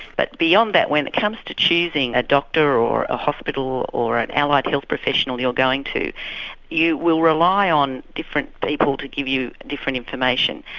but beyond that when it comes to choosing a doctor or a hospital or an allied health professional you're going to you will rely on different people to give you different information.